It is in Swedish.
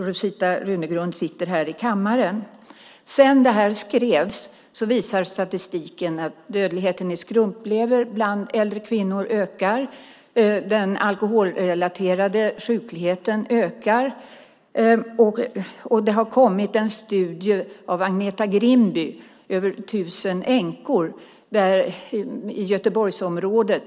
Rosita Runegrund sitter här i kammaren. Sedan det här skrevs visar statistiken att dödligheten i skrumplever bland äldre kvinnor ökar och att den alkoholrelaterade sjukligheten ökar. Det har kommit en studie av Agneta Grimby som rör över tusen änkor i Göteborgsområdet.